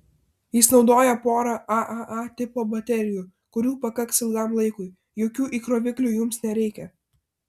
jis naudoja porą aaa tipo baterijų kurių pakaks ilgam laikui jokių įkroviklių jums nereikia